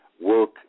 work